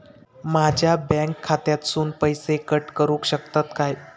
माझ्या बँक खात्यासून पैसे कट करुक शकतात काय?